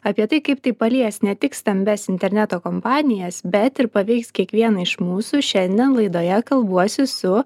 apie tai kaip tai palies ne tik stambias interneto kompanijas bet ir paveiks kiekvieną iš mūsų šiandien laidoje kalbuosi su